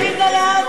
להביא את זה לעזה.